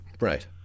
Right